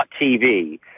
TV